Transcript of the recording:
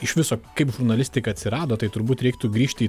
iš viso kaip žurnalistika atsirado tai turbūt reiktų grįžti